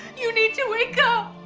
you need to wake up!